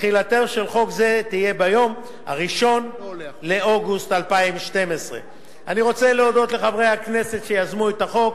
תחילתו של חוק זה תהיה ביום 1 באוגוסט 2012. אני רוצה להודות לחברי הכנסת שיזמו את החוק.